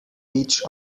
each